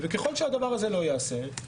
ככל שהדבר הזה לא יעשה,